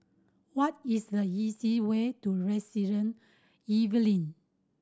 what is the easiest way to Resident Evelyn